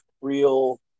real